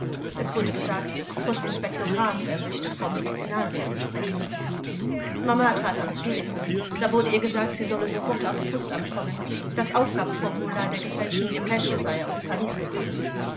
es wurde gesagt postinspektor graf er möchte frau medizinalrätin sprechen mama trat ans telephon da wurde ihr gesagt sie solle sofort aufs postamt kommen das aufgabeformular der gefälschten depesche sei aus paris gekommen